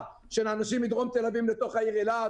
של אנשים מדרום תל-אביב לתוך העיר אילת.